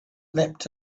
leapt